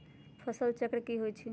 फसल चक्र की होई छै?